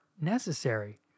necessary